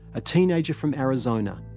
a teenager from arizona,